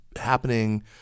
happening